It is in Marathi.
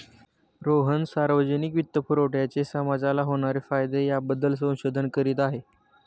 रोहन सार्वजनिक वित्तपुरवठ्याचे समाजाला होणारे फायदे याबद्दल संशोधन करीत आहे